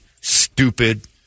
stupid